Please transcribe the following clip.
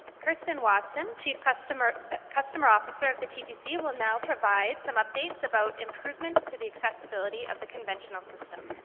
kirsten watson, chief customer ah customer officer of the ttc, will now provide some updates about improvements to the accessibility of the conventional system.